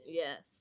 yes